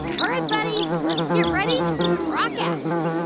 all right, buddy. let's get ready to crock out